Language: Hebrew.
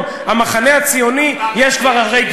איך אתם נקראים היום?